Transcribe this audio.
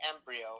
embryo